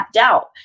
out